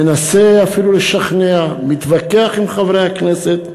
מנסה אפילו לשכנע, מתווכח עם חברי הכנסת.